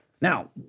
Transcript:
Now